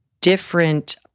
different